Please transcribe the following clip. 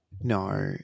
No